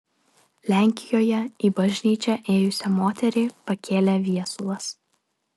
lenkijoje į bažnyčią ėjusią moterį pakėlė viesulas